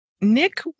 Nick